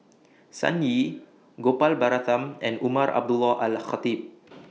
Sun Yee Gopal Baratham and Umar Abdullah Al Khatib